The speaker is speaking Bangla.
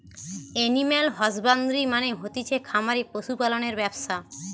এনিম্যাল হসবান্দ্রি মানে হতিছে খামারে পশু পালনের ব্যবসা